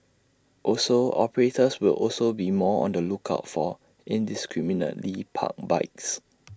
also operators will also be more on the lookout for indiscriminately parked bikes